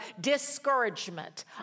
discouragement